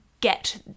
get